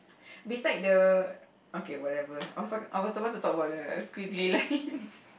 beside the okay whatever I was talk I was about to talk about the squiggly lines